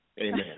Amen